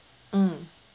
mm